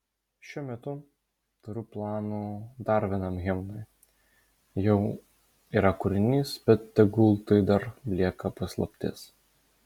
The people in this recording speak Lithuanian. šiuo metu turiu planų dar vienam himnui jau yra kūrinys bet tegul tai dar lieka paslaptis